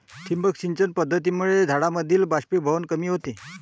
ठिबक सिंचन पद्धतीमुळे झाडांमधील बाष्पीभवन कमी होते